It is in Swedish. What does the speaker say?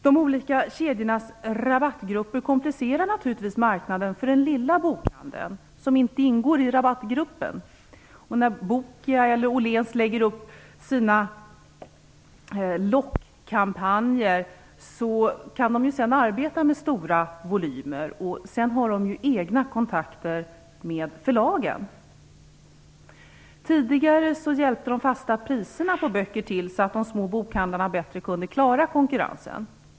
De olika kedjornas rabattgrupper komplicerar naturligtvis marknaden för den lilla bokhandeln som inte ingår i rabattgruppen. När Bokia eller Åhléns lägger upp sina lockkampanjer kan de arbeta med stora volymer. De har också egna kontakter med förlagen. Tidigare hjälpte de fasta priserna på böcker till så att de små bokhandlarna bättre kunde klara konkurrensen.